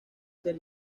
ser